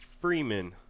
Freeman